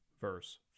verse